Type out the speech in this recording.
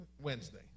Wednesday